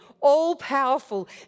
all-powerful